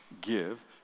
give